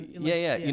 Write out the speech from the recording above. yeah, and